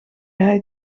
hij